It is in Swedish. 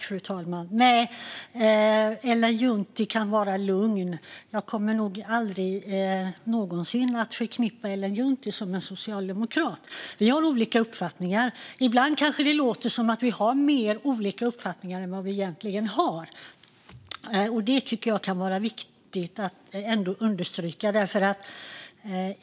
Fru talman! Nej, Ellen Juntti kan vara lugn. Jag kommer nog aldrig någonsin att förknippa Ellen Juntti med en socialdemokrat. Vi har olika uppfattningar. Ibland kanske det låter som att vi har mer olikartade uppfattningar än vi egentligen har, och det tycker jag kan vara viktigt att understryka.